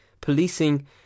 policing